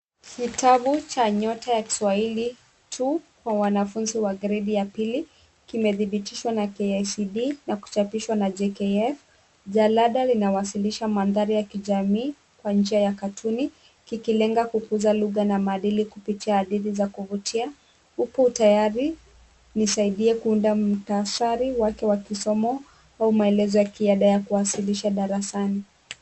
Kitabu cha Nyota ya Kiswahili two kwa wanafunzi wa gredi ya pili, kimedhibitishwa na KICD na kuchapishwa na JKF. Jalada linawasilisha mandhari ya kijamii kwa njia ya katuni , kikilenga kukuza lugha na maadili kupitia hadithi za kuvutia, huku tayari nisaidie kuunda mukhtasari wake wa kisomo au maelezo ya kiada ya kuwasilisha darasani.